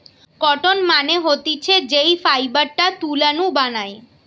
cotton মানে হতিছে যেই ফাইবারটা তুলা নু বানায়